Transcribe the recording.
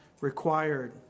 required